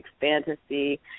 fantasy